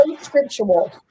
scriptural